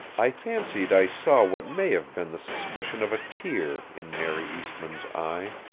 i fancied i saw what may have been the suspicion of a tear in mary eastmann's eye.